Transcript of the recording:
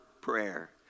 prayer